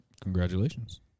congratulations